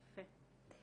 יפה.